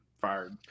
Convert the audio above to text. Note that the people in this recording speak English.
fired